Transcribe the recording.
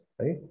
right